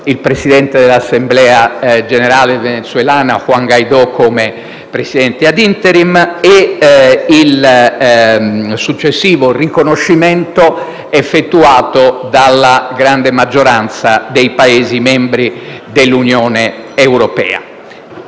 il presidente dell'Assemblea nazionale venezuelana Juan Guaidó quale Presidente *ad interim* e il successivo riconoscimento, effettuato dalla grande maggioranza dei Paesi membri dell'Unione europea.